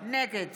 נגד